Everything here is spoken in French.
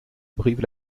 brive